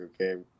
okay